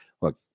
look